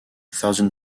southern